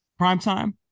primetime